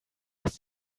aus